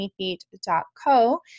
tinyfeet.co